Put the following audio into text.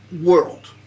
world